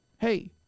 Hey